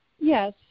Yes